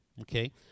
Okay